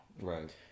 Right